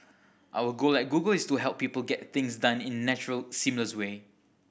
our goal at Google is to help people get things done in natural seamless way